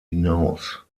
hinaus